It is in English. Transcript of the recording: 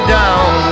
down